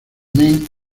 men